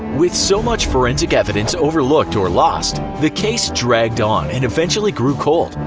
with so much forensic evidence overlooked or lost, the case dragged on, and eventually grew cold.